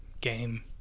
game